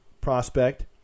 prospect